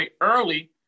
early